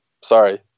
sorry